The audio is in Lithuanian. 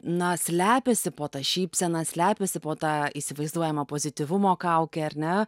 na slepiasi po ta šypsena slepiasi po ta įsivaizduojama pozityvumo kauke ar ne